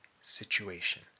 situation